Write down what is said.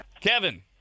Kevin